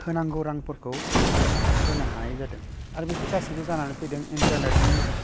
होनांगौ रांफोरखौ होनो हानाय जादों आरो बेफोर गासिबो जानानै फैदों इन्टानेटनि